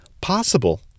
possible